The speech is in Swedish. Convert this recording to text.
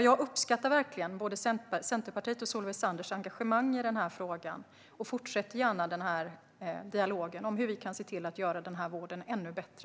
Jag uppskattar verkligen både Centerpartiets och Solveig Zanders engagemang i den här frågan och fortsätter gärna dialogen om hur vi kan göra den här vården ännu bättre.